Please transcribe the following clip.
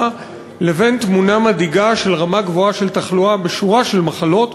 לבין תמונה מדאיגה של רמה גבוהה של תחלואה בשורה של מחלות,